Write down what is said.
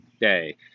day